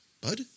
bud